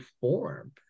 form